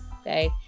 Okay